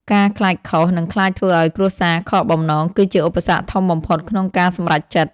ការខ្លាចខុស និងខ្លាចធ្វើឱ្យគ្រួសារខកបំណង គឺជាឧបសគ្គធំបំផុតក្នុងការសម្រេចចិត្ត។